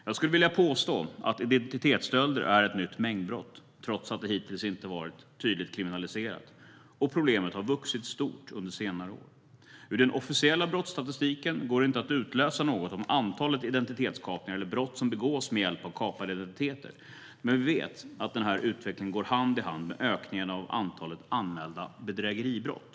Jag skulle vilja påstå att identitetsstölder är ett nytt mängdbrott, trots att det hittills inte har varit tydligt kriminaliserat, och problemet har vuxit stort under senare år. Ur den officiella brottsstatistiken går det inte att utläsa något om antalet identitetskapningar eller brott som begås med hjälp av kapade identiteter, men vi vet att den här utvecklingen går hand i hand med ökningen av antalet anmälda bedrägeribrott.